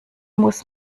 muss